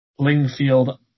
Lingfield